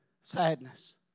sadness